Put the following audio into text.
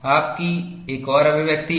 आपकी एक और अभिव्यक्ति है